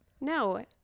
no